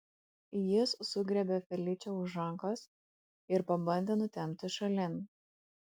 jis sugriebė feličę už rankos ir pabandė nutempti šalin